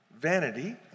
vanity